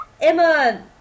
Emma